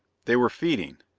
they were feeding.